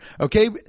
okay